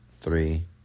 Three